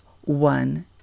one